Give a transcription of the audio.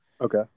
Okay